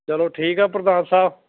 ਚਲੋ ਠੀਕ ਆ ਪ੍ਰਧਾਨ ਸਾਹਿਬ